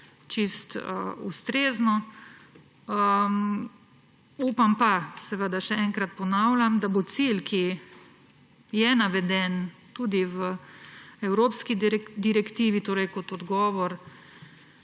čisto ustrezno. Upam pa, še enkrat ponavljam, da bo cilj, ki je naveden tudi v evropski direktivi kot odgovor